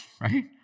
right